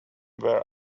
were